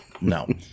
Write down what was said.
no